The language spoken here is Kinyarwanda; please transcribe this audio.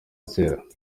cyera